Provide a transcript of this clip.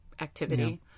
activity